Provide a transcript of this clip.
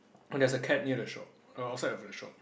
and there's a cat near the shop err outside of the shop